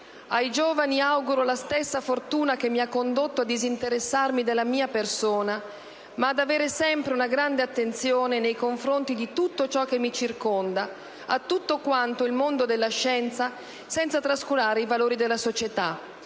«Ai giovani auguro la stessa fortuna che mi ha condotto a disinteressarmi della mia persona ma ad avere sempre una grande attenzione nei confronti di tutto ciò che mi circonda, a tutto quanto il mondo della scienza, senza trascurare i valori della societàۚ».